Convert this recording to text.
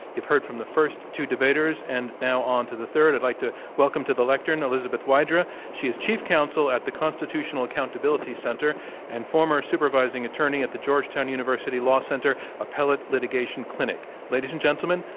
you've heard from the first two debaters, and now onto the third. i'd like to welcome to the lectern elizabeth wydra. she is chief council at the constitutional accountability center and former supervising attorney at the georgetown university law center appellate litigation clinic. ladies and gentlemen,